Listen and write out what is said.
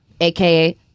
AKA